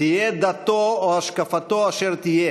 תהיה דתו או השקפתו אשר תהיה,